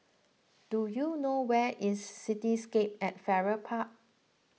do you know where is Cityscape at Farrer Park